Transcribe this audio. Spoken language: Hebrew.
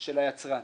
של היצרן.